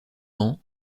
ans